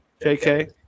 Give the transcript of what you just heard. JK